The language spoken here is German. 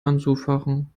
anzufachen